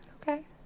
Okay